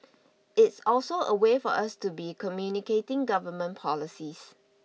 it's also a way for us to be communicating government policies